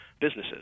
businesses